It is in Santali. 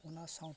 ᱚᱱᱟ ᱥᱟᱶᱛᱮ